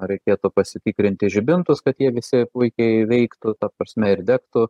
reikėtų pasitikrinti žibintus kad jie visi puikiai veiktų ta prasme ir degtų